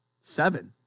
seven